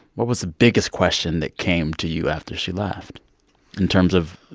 what was the biggest question that came to you after she left in terms of.